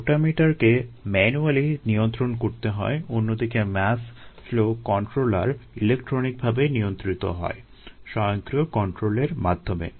রোটামিটারকে manually নিয়ন্ত্রণ করতে হয় অন্যদিকে মাস ফ্লো কন্ট্রোলার ইলেক্ট্রনিকভাবে নিয়ন্ত্রিত হয় স্বয়ংক্রিয় কন্ট্রোলের মাধ্যমে